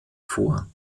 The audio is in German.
vor